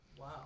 Wow